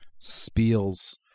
Spiels